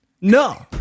No